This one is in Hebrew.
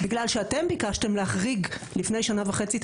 בגלל שאתם ביקשתם להחריג לפני שנה וחצי את